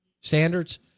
standards